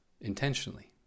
intentionally